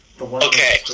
Okay